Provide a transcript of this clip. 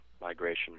migration